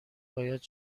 باید